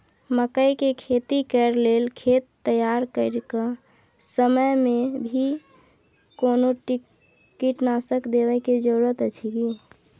मकई के खेती कैर लेल खेत तैयार करैक समय मे भी कोनो कीटनासक देबै के जरूरी अछि की?